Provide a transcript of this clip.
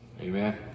Amen